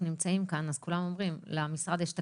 נמצאים כאן אז כולם אומרים למשרד יש תקציב.